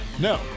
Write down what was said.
No